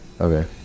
okay